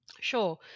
Sure